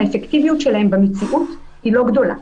האפקטיביות שלהם במציאות היא לא גדולה.